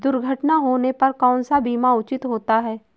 दुर्घटना होने पर कौन सा बीमा उचित होता है?